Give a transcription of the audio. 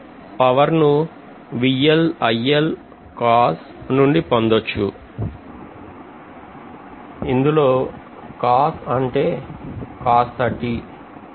power ను నుండి పొందొచ్చు ఇందులో cos అంటే మరియు